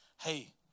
hey